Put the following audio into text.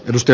risto